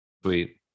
sweet